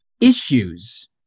issues